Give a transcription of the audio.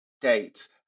dates